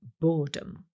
boredom